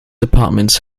departments